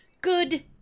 Good